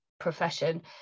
Profession